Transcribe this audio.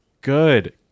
good